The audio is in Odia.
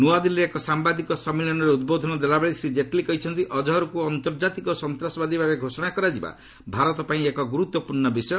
ନୂଆଦିଲ୍କାରେ ଏକ ସାମ୍ବାଦିକ ସମ୍ମିଳନୀରେ ଉଦ୍ବୋଧନ ଦେଲାବେଳେ ଶ୍ରୀ ଜେଟଲୀ କହିଛନ୍ତି ଅଜହରକୁ ଆନ୍ତର୍ଜାତିକ ସନ୍ତାସବାଦୀ ଭାବେ ଘୋଷଣା କରାଯିବା ଭାରତ ପାଇଁ ଏକ ଗୁରୁତ୍ୱପୂର୍ଣ୍ଣ ବିଷୟ